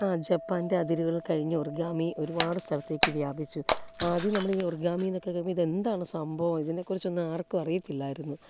ജപ്പാൻ്റെ അതിരുകൾ കഴിഞ്ഞു ഒർഗാമി ഒരുപാട് സ്ഥലത്തേക്ക് വ്യാപിച്ചു ആദ്യം നമ്മൾ ഈ ഒർഗാമി എന്നൊക്കെ കേൾക്കുമ്പോൾ ഇത് എന്താണ് സംഭവം ഇതിനെക്കുറിച്ചൊന്നും ആർക്കും അറിയത്തില്ലായിരുന്നു